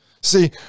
see